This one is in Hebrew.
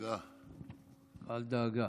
אדוני.